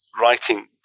writing